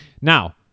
Now